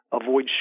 avoid